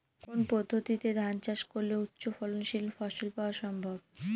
কোন পদ্ধতিতে ধান চাষ করলে উচ্চফলনশীল ফসল পাওয়া সম্ভব?